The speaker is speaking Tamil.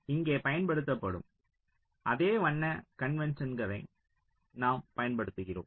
இங்கே பயன்படுத்தப்படும் அதே வண்ண கன்வென்ஸன்னை நாம் பயன்படுத்துகிறோம்